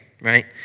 right